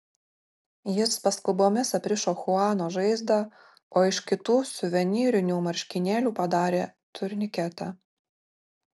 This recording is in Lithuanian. jis paskubomis aprišo chuano žaizdą o iš kitų suvenyrinių marškinėlių padarė turniketą